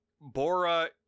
Bora